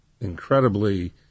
incredibly